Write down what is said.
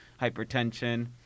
hypertension